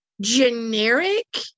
generic